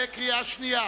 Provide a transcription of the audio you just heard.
בקריאה שנייה.